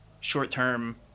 short-term